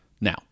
Now